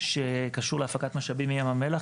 שקשור להפקת משאבים מים המלח.